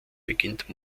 beginnt